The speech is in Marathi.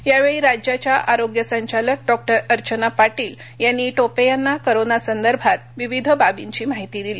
यावेळी राज्याच्या आरोग्य संचालक डॉ अर्चना पाटील यांनी टोपे यांना करोना संदर्भात विविध बाबींची माहिती दिली